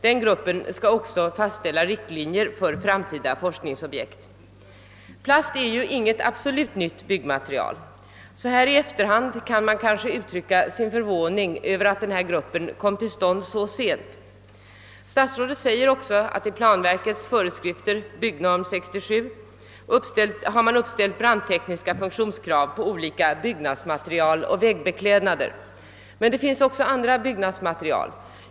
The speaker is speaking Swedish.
Den gruppen skall också fastställa riktlinjer för framtida forskningsobjekt. Plast är ju inget absolut nytt byggnadsmaterial. Så här i efterhand kan man kanske uttrycka sin förvåning över att denna arbetsgrupp kom till stånd så sent. Statsrådet säger också att i planverkets föreskrifter, råd och anvisningar till byggnadsstadgan, Svensk Byggnorm 67, har uppställts brandtekniska funktionskrav på bla. avskiljande och bärande byggnadsdelar samt ytbeklädnader. Men det finns också andra byggnadsmaterial.